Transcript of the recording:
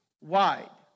wide